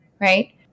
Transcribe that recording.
right